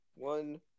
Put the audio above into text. One